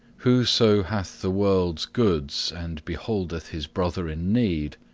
whoso hath the world's goods, and beholdeth his brother in need,